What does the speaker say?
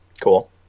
Cool